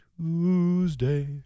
Tuesday